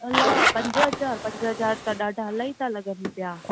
अलाह पंज हज़ार पंज हज़ार त ॾाढा अलाही था लॻनि पिया